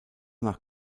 nach